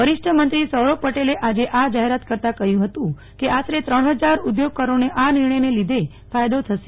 વરીષ્ઠ મંત્રી સૌરભ પટેલે આજે આ જાહેરાત કરતાં કહ્યું હતું કે આશરે ત્રણ ફજાર ઉદ્યોગકારો ને આ નિર્ણય ને લીધે ફાયદો થશે